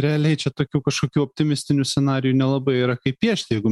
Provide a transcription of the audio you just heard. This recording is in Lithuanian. realiai čia tokių kažkokių optimistinių scenarijų nelabai yra kaip piešti jeigu